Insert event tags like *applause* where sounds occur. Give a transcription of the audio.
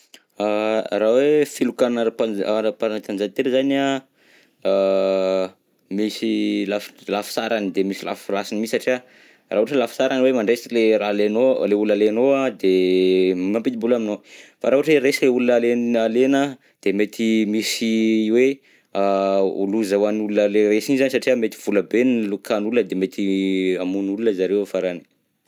Raha hoe filokana ara-pan- ara-panatanjahantena zany an, *hesitation* misy lafisarany de misy lafy rasiny mi satria, raha ohatra lafisarany hoe mandresy le raha alenao, le olona alenao de mampidi-bola aminao, fa raha ohatra hoe resy le olona le nalena de mety misy hoe *hesitation* ho loza ho an'olona le resy igny satria mety volabe nilokan'olona de mety hamono olona zareo afarany.